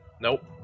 Nope